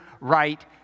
right